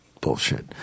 bullshit